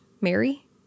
Mary